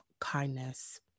kindness